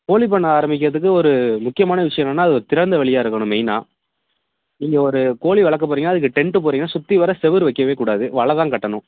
கோழி பண்ண ஆரம்மிக்கிறதுக்கு ஒரு முக்கியமான விஷியம் என்னென்னா அது திறந்த வெளியாக இருக்கணும் மெயினாக நீங்கள் ஒரு கோழி வளக்க போகிறீங்கன்னா அதுக்கு டென்ட்டு போடுறீங்கன்னால் சுற்றி வர சுவுரு வைக்கவேக்கூடாது வலை தான் கட்டணும்